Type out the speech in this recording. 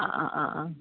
അ അ ആ ആ